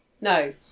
No